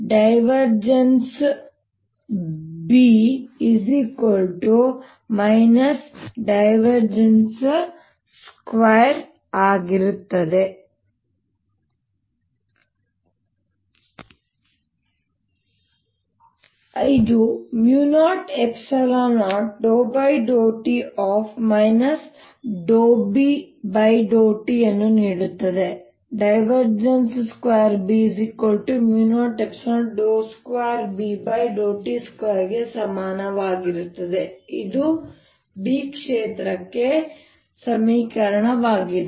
B 2B ಆಗಿದೆ ಇದು 00∂t B∂t ಅನ್ನು ನೀಡುತ್ತದೆ 2B002Bt2 ಗೆ ಸಮಾನವಾಗಿರುತ್ತದೆ ಇದು B ಕ್ಷೇತ್ರಕ್ಕೆ ಸಮೀಕರಣವಾಗಿದೆ